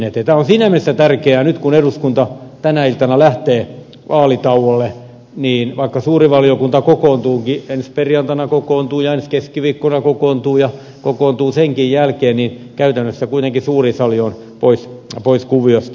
tämä on siinä mielessä tärkeää nyt kun eduskunta tänä iltana lähtee vaalitauolle että vaikka suuri valiokunta kokoontuukin ensi perjantaina kokoontuu ja ensi keskiviikkona kokoontuu ja kokoontuu senkin jälkeen niin käytännössä kuitenkin suuri sali on pois kuvioista